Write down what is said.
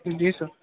جی سر